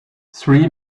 three